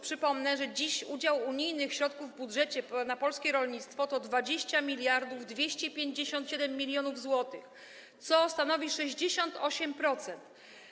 Przypomnę, że dziś udział unijnych środków w budżecie na polskie rolnictwo to 20 257 mln zł, co stanowi 68%.